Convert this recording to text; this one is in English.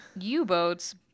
U-boats